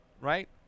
right